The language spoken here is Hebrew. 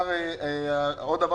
עוד דבר